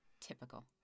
Typical